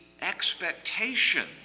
expectation